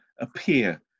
appear